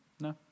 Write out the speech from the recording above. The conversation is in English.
No